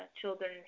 children